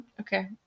Okay